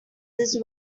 this